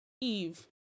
eve